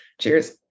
cheers